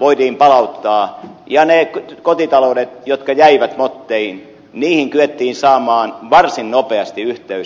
voitiin palauttaa ja niihin kotitalouksiin jotka jäivät motteihin kyettiin saamaan varsin nopeasti yhteys